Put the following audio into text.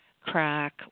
crack